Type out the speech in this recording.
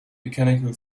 mechanical